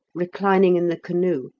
reclining in the canoe,